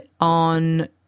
on